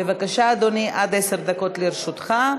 בבקשה, אדוני, עד עשר דקות לרשותך.